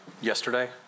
yesterday